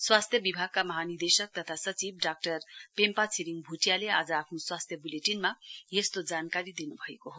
स्वास्थ्य विभागका महानिदेशक तथा सचिव डाक्टर पेम्पा छिरिङ भूटियाँले आज आफ्नो स्वास्थ्य बुलेटिनमा यस्तो जानकारी दिनुभएको हो